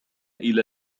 إلى